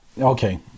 Okay